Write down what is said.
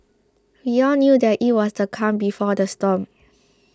we all knew that it was the calm before the storm